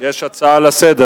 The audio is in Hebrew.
יש הצעה לסדר.